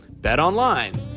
BetOnline